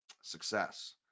success